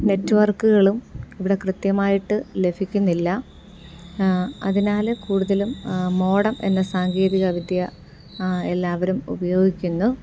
നെറ്റ്വർക്കുകളും ഇവിടെ കൃത്യമായിട്ട് ലഭിക്കുന്നില്ല അതിനാൽ കൂടുതലും മോഡം എന്ന സാങ്കേതികവിദ്യ എല്ലാവരും ഉപയോഗിക്കുന്നു